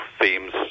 themes